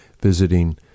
visiting